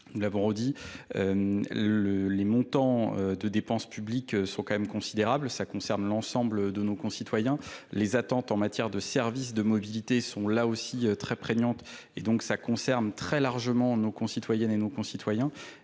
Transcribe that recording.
nous l'avons redit euh. Les montants de dépenses publiques sont quand même considérables en ce qui concerne l'ensemble de nos concitoyens. Les attentes en matière de services de de mobilité sont là aussi très prégnantes et cela concerne donc très largement nos concitoyennes et nos concitoyens